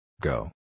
Go